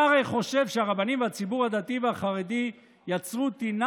אתה הרי חושב שהרבנים והציבור הדתי והחרדי יצרו טינה